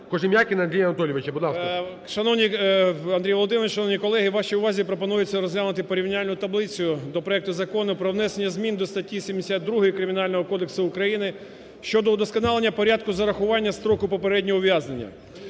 Андрій Володимирович, шановні колеги, вашій увазі пропонується розглянути порівняльну таблицю до проекту Закону про внесення змін до статті 72 Кримінального кодексу України щодо удосконалення порядку зарахування строку попереднього ув'язнення.